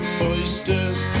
oysters